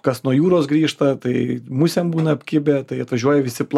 kas nuo jūros grįžta tai musėm būna apkibę tai atvažiuoja visi plautis